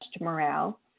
morale